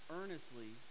earnestly